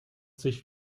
sich